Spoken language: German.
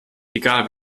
egal